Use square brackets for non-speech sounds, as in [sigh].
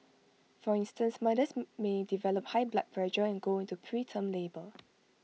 for instance mothers [hesitation] may develop high blood pressure and go into preterm labour